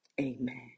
amen